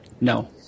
No